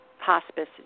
hospice